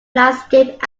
landscape